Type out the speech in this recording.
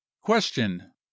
question